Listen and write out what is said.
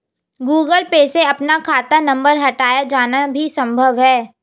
Google Pay से अपना खाता नंबर हटाया जाना भी संभव है